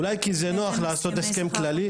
אולי כי זה נוח לעשות הסכם כללי?